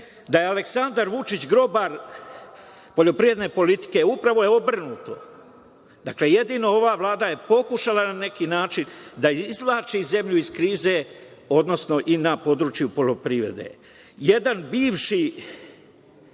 Da je Aleksandar Vučić grobar poljoprivredne politike, upravo je obrnuto. Dakle, jedina je ova Vlada pokušala na neki način da izvlači zemlju iz krize, odnosno i na području poljoprivrede. Jedan